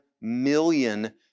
million